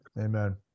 Amen